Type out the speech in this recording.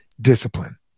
discipline